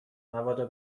مبادا